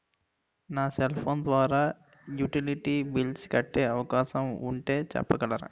నా cell phone ద్వారా utility bills కట్టే అవకాశం ఉంటే చెప్పగలరా?